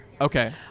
Okay